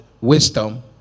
wisdom